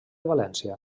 valència